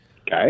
Okay